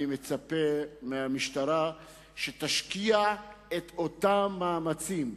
אני מצפה מהמשטרה שתשקיע את אותם מאמצים,